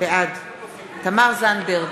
בעד תמר זנדברג,